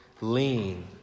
Lean